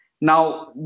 Now